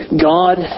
God